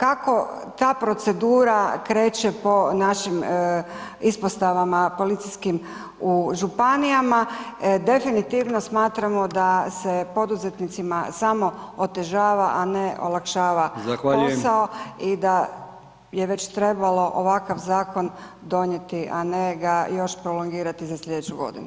kako ta procedura kreće po našim ispostavama policijskim u županijama, definitivno smatramo da se poduzetnicima samo otežava, a ne olakšava posao [[Upadica: Zahvaljujem.]] i da je već trebalo ovakav zakon donijeti, a ne ga još prolongirati za slijedeću godinu.